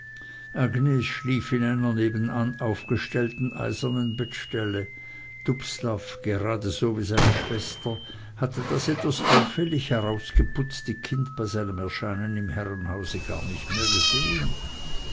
schlief in einer nebenan aufgestellten eisernen bettstelle dubslav geradeso wie seine schwester hatte das etwas auffällig herausgeputzte kind bei seinem erscheinen im herrenhause gar nicht mehr gesehen